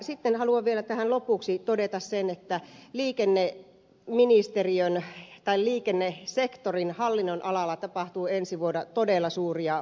sitten haluan vielä lopuksi todeta sen että liikennesektorin hallinnonalalla tapahtuu ensi vuonna todella suuria uudistuksia